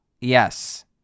Yes